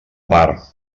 part